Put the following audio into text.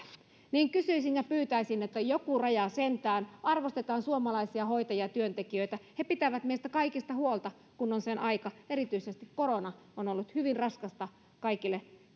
kysyisin ja pyytäisin että joku raja sentään arvostetaan suomalaisia hoitajia työntekijöitä he pitävät meistä kaikista huolta kun on sen aika erityisesti korona on on ollut hyvin raskasta kaikille